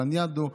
לניאדו,